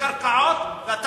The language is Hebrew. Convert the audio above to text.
קרקעות.